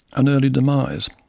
an early demise,